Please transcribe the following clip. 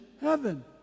heaven